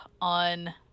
on